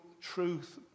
truth